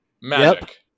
Magic